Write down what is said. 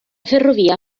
ferrovia